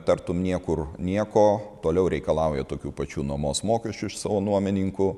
tartum niekur nieko toliau reikalauja tokių pačių nuomos mokesčių iš savo nuomininkų